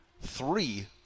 Three